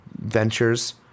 ventures